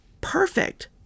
Perfect